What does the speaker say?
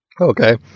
okay